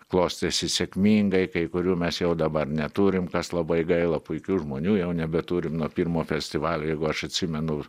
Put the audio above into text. klostėsi sėkmingai kai kurių mes jau dabar neturim kas labai gaila puikių žmonių jau nebeturim nuo pirmo festivalio jeigu aš atsimenu